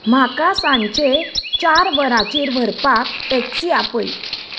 म्हाका सांजचे चार वराचेर व्हरपाक टॅक्सी आपय